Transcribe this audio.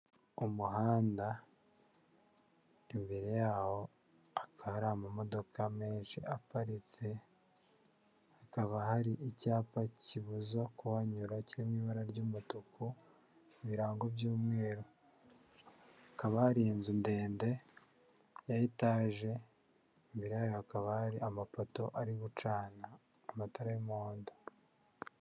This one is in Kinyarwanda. Umuhanda imbere yawo hakaba hari amamodoka menshi aparitse, hakaba hari icyapa kibuza kuhanyura kimwe mu ibara ry'umutuku birangago by'umweru, hakaba hari inzu ndende ya etaje imbere yayo hakaba hari amapoto ari gucana amatara y'umuhondo.